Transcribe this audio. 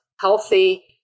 healthy